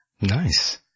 nice